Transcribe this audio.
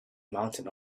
mounted